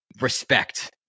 respect